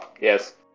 Yes